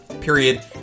period